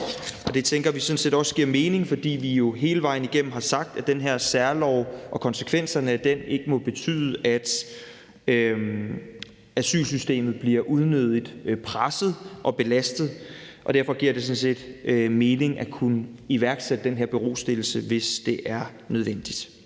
Det tænker vi sådan set også giver mening, fordi vi jo hele vejen igennem har sagt, at den her særlov og konsekvenserne af den ikke må betyde, at asylsystemet bliver unødigt presset og belastet. Derfor giver det sådan set mening at kunne iværksætte den her berostillelse, hvis det er nødvendigt.